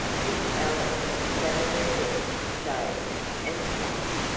miss ellis sat at her desk dazed, and stunned.